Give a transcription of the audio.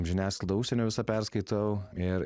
žiniasklaidą užsienio visą perskaitau ir